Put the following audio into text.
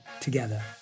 together